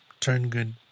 Turngood